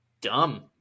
dumb